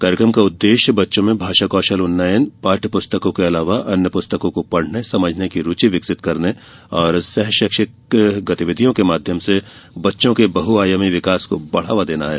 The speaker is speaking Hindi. कार्यक्रम का उद्देश्य बच्चों में भाषा कौशल उन्नयन पाठ्य पुस्तकों के अलावा अन्य पुस्तकों को पढ़ने समझने की रुचि विकसित करने और सह शैक्षिक गतिविधियों के माध्यम से बच्चों के बहु आयामी विकास को बढावा देना है